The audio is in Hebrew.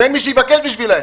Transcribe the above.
שאין מי שיבקש בשבילם.